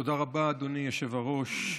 תודה רבה, אדוני היושב-ראש.